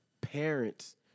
parents